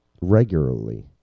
regularly